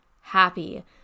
Happy